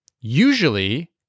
Usually